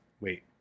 wait